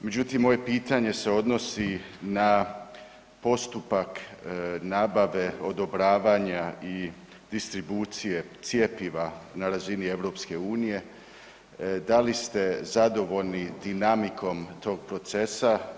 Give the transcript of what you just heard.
Međutim, moje pitanje se odnosi na postupak nabave odobravanja i distribucije cjepiva na razini EU, da li ste zadovoljni dinamikom tog procesa.